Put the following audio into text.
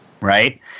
right